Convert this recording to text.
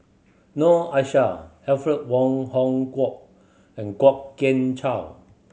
Noor Aishah Alfred Wong Hong Kwok and Kwok Kian Chow